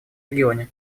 регионе